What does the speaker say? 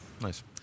Nice